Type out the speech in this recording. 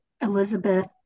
Elizabeth